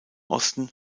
osten